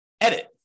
edit